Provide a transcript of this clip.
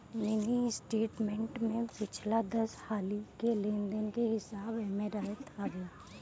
mini statement में पिछला दस हाली के लेन देन के हिसाब एमे रहत हवे